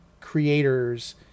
creators